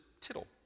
tittle